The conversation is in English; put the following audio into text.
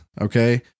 okay